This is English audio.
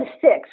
six